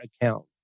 account